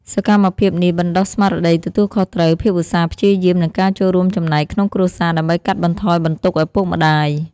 សកម្មភាពនេះបណ្ដុះស្មារតីទទួលខុសត្រូវ ភាពឧស្សាហ៍ព្យាយាម និងការចូលរួមចំណែកក្នុងគ្រួសារ ដើម្បីកាត់បន្ថយបន្ទុកឪពុកម្ដាយ។